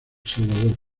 salvador